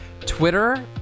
Twitter